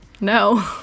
No